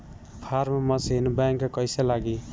Form machine बैक कईसे लागी?